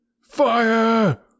Fire